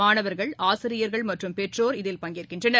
மாணவர்கள் ஆசிரியர்கள் மற்றும் பெற்றோர்கள் இதில் பங்கேற்கின்றனர்